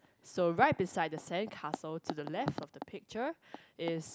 so right beside the sandcastle to the left of the picture is